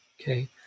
Okay